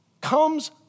comes